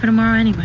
but moran